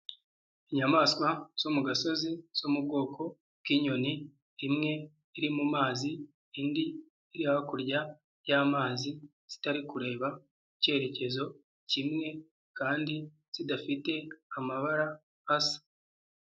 Inyamaswa zo mu gasozi zo mu bwoko bw'inyoni, imwe iri mu mazi, indi iri hakurya y'amazi, zitari kureba icyerekezo kimwe kandi zidafite amabara asa.